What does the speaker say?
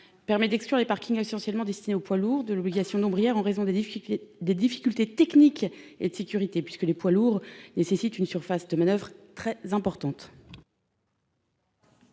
permet d'exclure les parkings essentiellement destinée aux poids lourds de l'obligation nombreux hier en raison des difficultés des difficultés techniques et de sécurité puisque les poids lourds nécessite une surface de manoeuvre très importante.